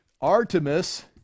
artemis